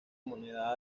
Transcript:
moneda